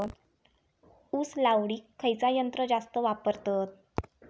ऊस लावडीक खयचा यंत्र जास्त वापरतत?